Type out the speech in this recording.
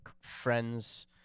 friends